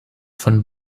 von